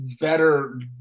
better